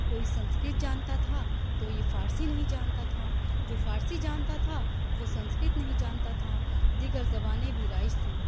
کوئی سنسکرت جانتا تھا تو یہ فارسی نہیں جانتا تھا جو فارسی جانتا تھا وہ سنسکرت نہیں جانتا تھا دیگر زبانیں بھی رائج تھیں